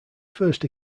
first